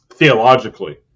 Theologically